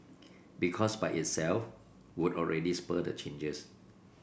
because by itself would already spur the changes